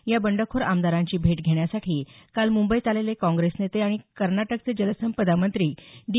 या बंडखोर आमदारांची भेट घेण्यासाठी काल मुंबईत आलेले काँग्रेस नेते आणि कर्नाटकचे जलसंपदा मंत्री डी